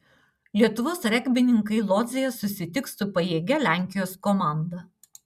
lietuvos regbininkai lodzėje susitiks su pajėgia lenkijos komanda